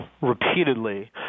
repeatedly